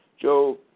Joe